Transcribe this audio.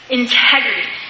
integrity